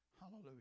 Hallelujah